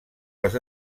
les